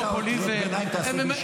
לפחות את קריאות הביניים תעשה בישיבה.